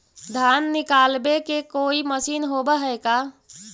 धान निकालबे के कोई मशीन होब है का?